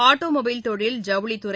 automobile தொழில் ஜவுளித் துறை